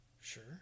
Sure